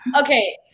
Okay